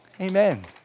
Amen